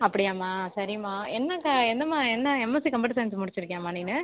அப்படியாம்மா சரிம்மா என்ன க என்னம்மா என்ன எம்எஸ்சி கம்ப்யூட்டர் சயின்ஸ் முடிச்சிருக்கியாம்மா நீனு